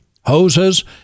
hoses